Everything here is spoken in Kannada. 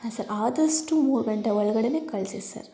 ಹಾಂ ಸರ್ ಆದಷ್ಟು ಮೂರು ಗಂಟೆ ಒಳಗಡೇನೆ ಕಳಿಸಿ ಸರ್